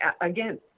again